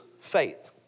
faith